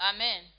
Amen